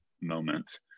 moment